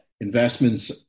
investments